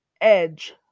Edge